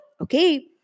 okay